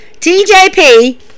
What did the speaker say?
TJP